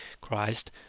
Christ